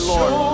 Lord